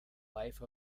life